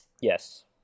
Yes